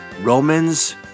Romans